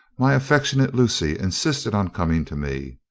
my affectionate lucy insisted on coming to me.